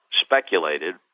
speculated